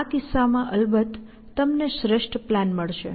આ કિસ્સામાં અલબત્ત તમને શ્રેષ્ઠ પ્લાન મળશે